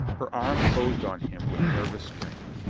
her arm closed on him with nervous strength.